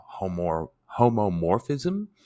homomorphism